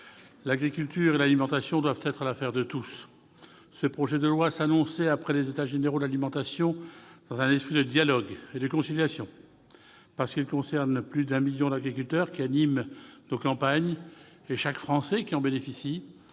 L'agriculture et l'alimentation doivent être l'affaire de tous. La discussion de ce projet de loi s'annonçait, après les États généraux de l'alimentation, dans un esprit de dialogue et de conciliation. Parce qu'elle concerne plus d'un million d'agriculteurs qui animent nos campagnes, et chaque Français qui en bénéficie,